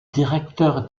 directeur